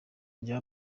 rya